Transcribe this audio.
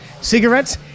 Cigarettes